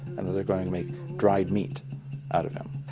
and they're going to make dried meat out of them.